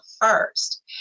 first